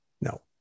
no